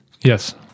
Yes